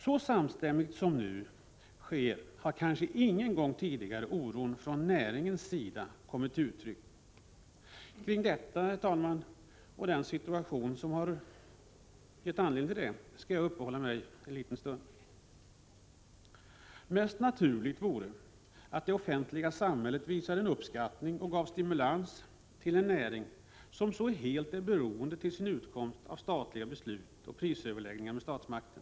Så samstämmigt som nu sker har kanske ingen gång tidigare oro från näringens sida kommit till uttryck. Vid detta, herr talman, och den situation som har givit anledning till det skall jag uppehålla mig en stund. Mest naturligt vore att det offentliga samhället visade uppskattning och gav stimulans till den näring som för sin utkomst så helt är beroende av statliga beslut och prisöverläggningar med statsmakten.